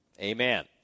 Amen